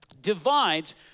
divides